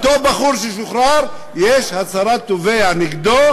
אותו בחור ששוחרר, יש הצהרת תובע נגדו.